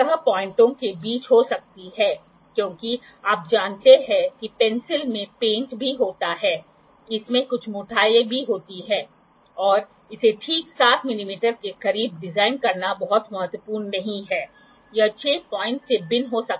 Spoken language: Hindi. तो आप ब्लॉक जोड़ सकते हैं आप ब्लॉक के एंगल को बेस एंगल से घटा सकते हैं और फिर आप माप के लिए विभिन्न एंगलों को उत्पन्न करने का प्रयास कर सकते हैं